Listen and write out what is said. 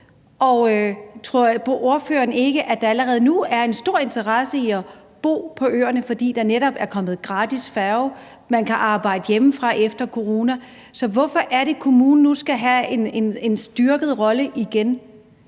Tror ordføreren ikke, at der allerede nu er en stor interesse for at bo på øerne, fordi der netop er kommet gratis færge og man kan arbejde hjemmefra på grund af corona? Så hvorfor er det, at kommunen nu igen skal have en styrket rolle?